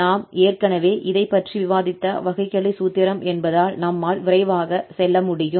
நாம் ஏற்கனவே இதைப் பற்றி விவாதித்த வகைக்கெழு சூத்திரம் என்பதால் நம்மால் விரைவாகச் செல்ல முடியும்